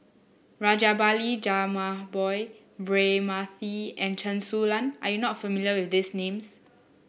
Rajabali Jumabhoy Braema Mathi and Chen Su Lan are you not familiar with these names